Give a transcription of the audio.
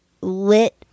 lit